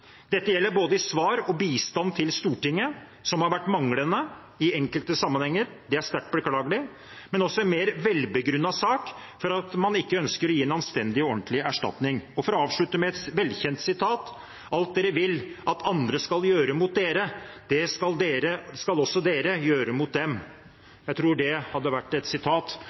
dette tilfellet. Dette gjelder i både svarene og bistanden til Stortinget, som har vært manglende i enkelte sammenhenger – det er sterkt beklagelig – men også, i en mer velbegrunnet sak, for at man ikke ønsker å gi en anstendig og ordentlig erstatning. Jeg vil avslutte med et velkjent sitat: «Alt dere vil at andre skal gjøre mot dere, skal også dere gjøre mot dem.» Jeg tror det hadde vært